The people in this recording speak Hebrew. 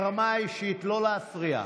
ברמה האישית, לא להפריע.